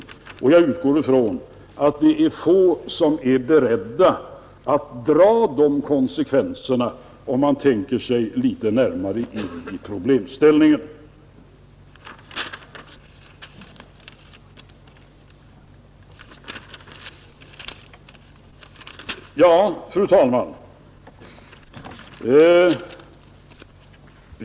Jag utgår ifrån att det är få som är beredda att dra de konsekvenserna, om man tänker sig litet närmare in i problemställningen. Fru talman!